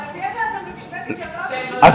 אתה שמת אותם במשבצת שהם לא עשו שום דבר, החרדים.